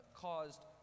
caused